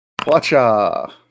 Watcha